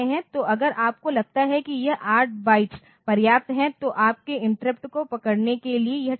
तो अगर आपको लगता है कि यह 8 बाइट्स पर्याप्त हैं तो आपके इंटरप्ट को पकड़ने के लिए यह ठीक है